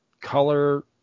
color